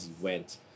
went